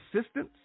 assistance